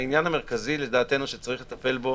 העניין המרכזי לדעתנו שצריך לטפל בו